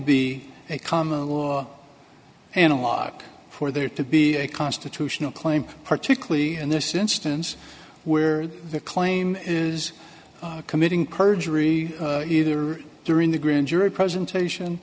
be a common law and a lock for there to be a constitutional claim particularly in this instance where the claim is committing perjury either during the grand jury presentation